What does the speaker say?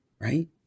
right